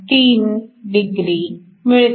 3 degree मिळते